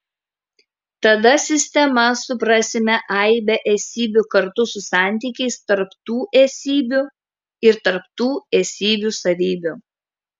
tada sistema suprasime aibę esybių kartu su santykiais tarp tų esybių ir tarp tų esybių savybių